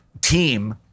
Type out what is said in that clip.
team –